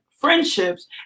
friendships